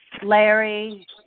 Larry